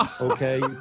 okay